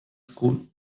school